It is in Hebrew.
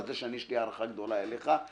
ואתה יודע שיש לי הערכה גדולה אליך,